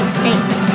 states